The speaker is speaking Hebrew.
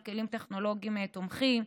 על כלים טכנולוגיים תומכים,